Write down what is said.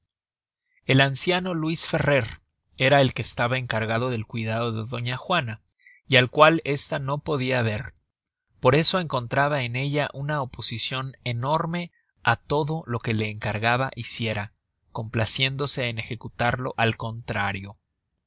el anciano luis ferrer era el que estaba encargado del cuidado de doña juana y al cual esta no podia ver por eso encontraba en ella una oposicion enorme á todo lo que la encargaba hiciera complaciéndose en ejecutarlo al contrario